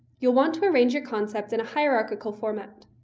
you'll want to arrange your concepts in a hierarchical format.